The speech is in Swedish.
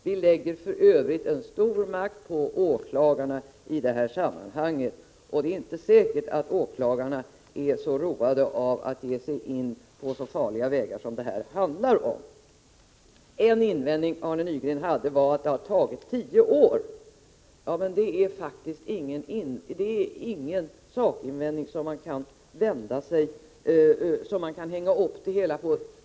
Vi lägger för övrigt stor makt på åklagarna i det här sammanhanget, och det är inte säkert att de är så roade av att ge sig in på så farliga vägar som det här handlar om. En invändning Arne Nygren hade var att arbetet har tagit tio år. Det är faktiskt ingen sakinvändning som man kan hänga upp det hela på.